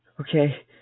Okay